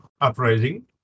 Uprising